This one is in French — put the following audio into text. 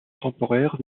temporaires